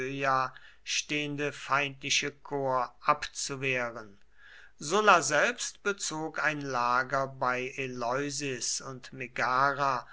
stehende feindliche korps abzuwehren sulla selbst bezog ein lager bei eleusis und megara